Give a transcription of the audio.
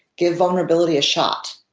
give vulnerability a shot.